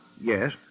Yes